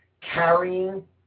carrying